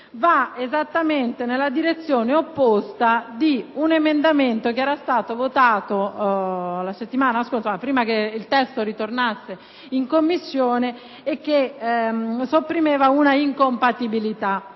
va esattamente nella direzione opposta di quanto previsto da un emendamento approvato la settimana scorsa, prima che il testo ritornasse in Commissione, che sopprimeva un'incompatibilità.